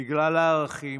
בגלל הערכים,